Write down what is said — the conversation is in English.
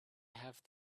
have